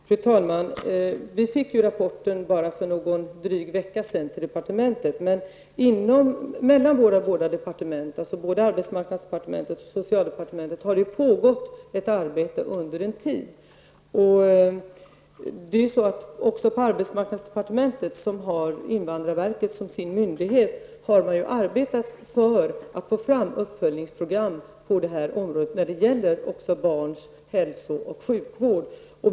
Fru talman! Vi fick ju rapporten till departementet för bara någon dryg vecka sedan. Det har under en tid pågått ett arbete mellan arbetsmarknadsdepartementet och socialdepartementet. Man har också på arbetsmarknadsdepartementet, som har invandrarverket som sin myndighet, arbetat för att få fram uppföljningsprogram på detta område också när det gäller barnens hälso och sjukvård.